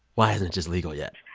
why isn't it just legal yet?